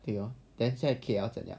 对 lor then 现在 K_L 怎样